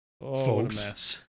folks